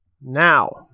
Now